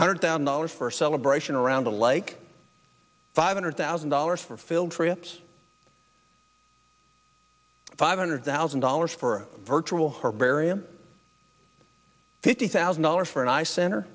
hundred thousand dollars for a celebration around the like five hundred thousand dollars for field trips five hundred thousand dollars for a virtual herbarium fifty thousand dollars for an eye cent